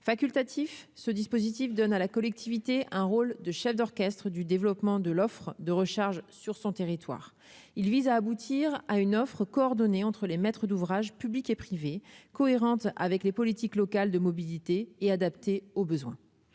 facultatif, ce dispositif donne à la collectivité, un rôle de chef d'orchestre du développement de l'offre de recharge sur son territoire, il vise à aboutir à une offre coordonnée entre les maîtres d'ouvrage publics et privés, cohérente avec les politiques locales de mobilité et adaptée aux besoins,